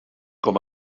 com